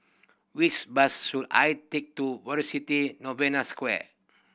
which bus should I take to Velocity Novena Square